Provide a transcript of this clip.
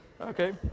Okay